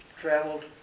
traveled